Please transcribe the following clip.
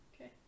Okay